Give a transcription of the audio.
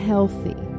Healthy